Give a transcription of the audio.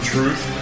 Truth